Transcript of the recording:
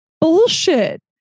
bullshit